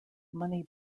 money